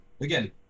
again